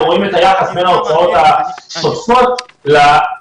ורואים את היחס בין ההוצאות השוטפות לעסקאות